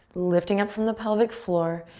lifting up from the pelvic floor.